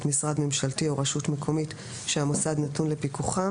משרד ממשלתי או רשות מקומית שהמוסד נתון לפיקוחם